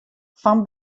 fan